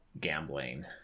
gambling